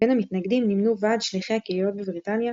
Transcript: בין המתנגדים נמנו ועד שליחי הקהילות בבריטניה,